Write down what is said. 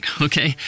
okay